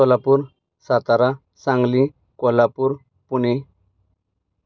Solapur Satara Sangli Kolhapur Pune